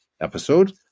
episode